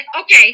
okay